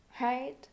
right